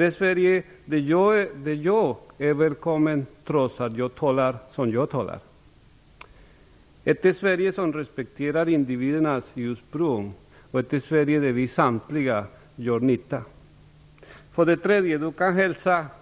Ett Sverige där jag är välkommen trots att jag talar som jag talar. Ett Sverige som respekterar individernas ursprung. Ett Sverige där vi samtliga gör nytta. För det tredje vill jag säga att jag